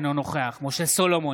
אינו נוכח משה סולומון,